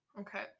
Okay